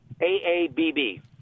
A-A-B-B